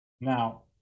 Now